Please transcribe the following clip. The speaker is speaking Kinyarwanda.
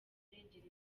kurengera